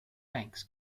banks